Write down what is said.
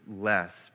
less